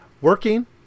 working